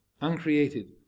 uncreated